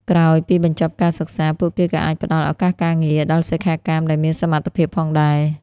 ក្រោយពីបញ្ចប់ការសិក្សា ពួកគេក៏អាចផ្តល់ ឱកាសការងារ ដល់សិក្ខាកាមដែលមានសមត្ថភាពផងដែរ។